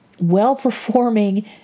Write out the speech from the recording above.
well-performing